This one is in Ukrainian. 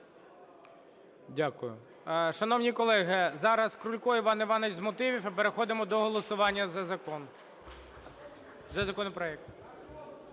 Дякую. Шановні колеги, зараз Крулько Іван Іванович з мотивів. І переходимо до голосування за закон, за законопроект.